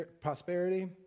prosperity